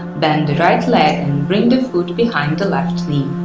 bend the right leg and bring the foot behind the left knee.